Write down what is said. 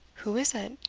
who is it?